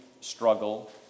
struggle